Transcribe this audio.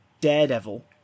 Daredevil